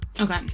Okay